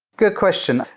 good question.